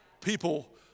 People